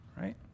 right